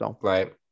right